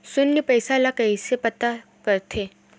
शून्य पईसा ला कइसे पता करथे?